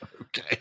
Okay